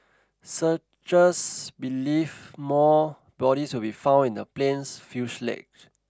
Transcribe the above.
searchers believe more bodies will be found in the plane's fuselage